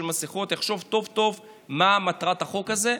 מסכות יחשוב טוב טוב מה מטרת החוק הזה.